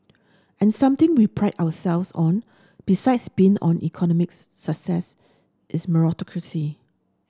and something we pride ourselves on besides being an economics success is